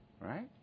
right